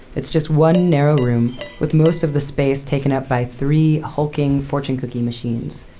it's just one narrow room with most of the space taken up by three hulking fortune cookie machines,